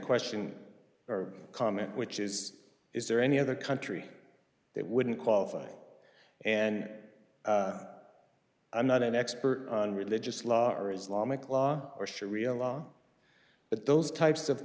question or comment which is is there any other country that wouldn't qualify and i'm not an expert on religious law or islamic law or shari'a law but those types of